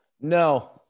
No